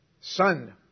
son